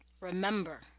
remember